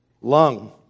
lung